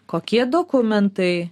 kokie dokumentai